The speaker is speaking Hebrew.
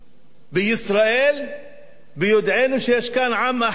בישראל ביודענו שיש כאן עם אחר,